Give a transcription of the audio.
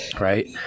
Right